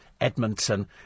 Edmonton